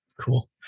Cool